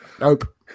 Nope